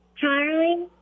Charlie